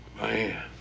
Man